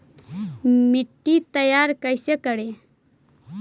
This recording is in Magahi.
मिट्टी तैयारी कैसे करें?